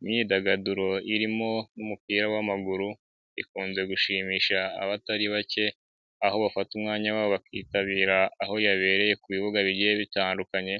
Imyidagaduro irimo n'umupira w'amaguru, ikunze gushimisha abatari bake, aho bafata umwanya wabo bakitabira aho yabereye ku bibuga bigiye bitandukanye,